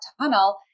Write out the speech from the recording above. tunnel